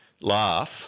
laugh